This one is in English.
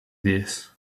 this